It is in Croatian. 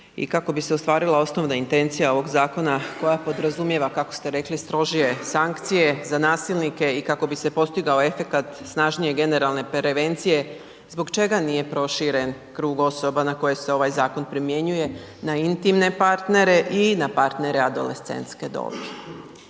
i kako bi se ostvarila osnovna intencija ovog zakona koja podrazumijeva, kako ste rekli strože sankcije za nasilnike i kako bi se postigao efekt snažnije generalne prevencije, zbog čega nije proširen krug osoba na koje se ovaj zakon primjenjuje na intimne partnere i na partnere adolescentske dobi?